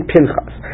Pinchas